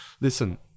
listen